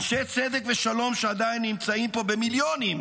אנשי צדק ושלום שעדיין נמצאים פה במיליונים,